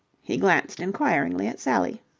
he glanced inquiringly at sally.